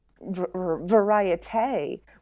variety